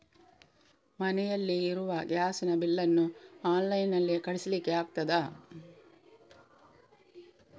ಮನೆಯಲ್ಲಿ ಇರುವ ಗ್ಯಾಸ್ ನ ಬಿಲ್ ನ್ನು ಆನ್ಲೈನ್ ನಲ್ಲಿ ಕಳಿಸ್ಲಿಕ್ಕೆ ಆಗ್ತದಾ?